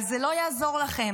אבל זה לא יעזור לכם.